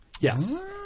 Yes